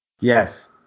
Yes